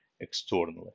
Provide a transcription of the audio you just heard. externally